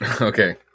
Okay